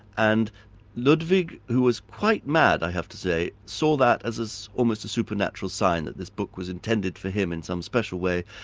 and ludwig, who was quite mad i have to say, saw that as as almost a supernatural sign, that this book was intended for him in some special way,